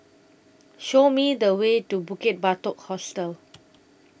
Show Me The Way to Bukit Batok Hostel